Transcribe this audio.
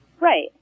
Right